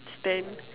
stand